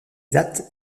date